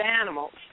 animals